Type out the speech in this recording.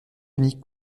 unies